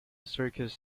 circus